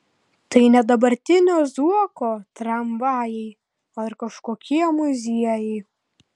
tai ne dabartinio zuoko tramvajai ar kažkokie muziejai